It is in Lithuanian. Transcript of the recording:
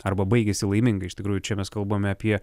arba baigėsi laimingai iš tikrųjų čia mes kalbame apie